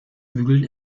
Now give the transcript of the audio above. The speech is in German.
bügeln